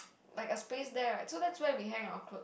like a space there right so that's where we hang our clothes